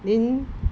then